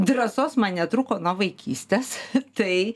drąsos man netrūko nuo vaikystės tai